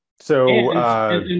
So-